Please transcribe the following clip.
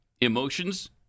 emotions